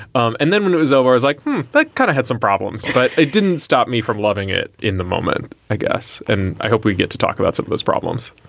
um and then when it was over was like that kind of had some problems. but it didn't stop me from loving it in the moment, i guess. and i hope we get to talk about some of those problems,